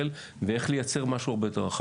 ואיך לייצר משהו הרבה יותר רחב.